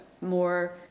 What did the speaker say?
more